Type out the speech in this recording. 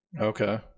Okay